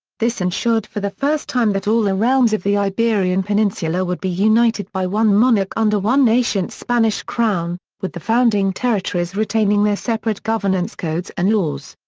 this ensured for the first time that all the realms of the iberian peninsula would be united by one monarch under one nascent spanish crown, with the founding territories retaining their separate governance codes and laws.